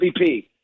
MVP